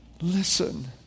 Listen